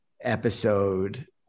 episode